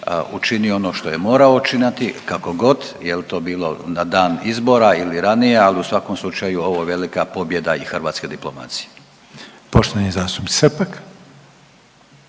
učinio ono što je morao učiniti kako god jel' to bilo na dan izbora ili ranije, ali u svakom slučaju ovo je velika pobjeda i hrvatske diplomacije. **Reiner, Željko